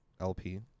LP